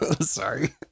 sorry